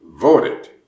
voted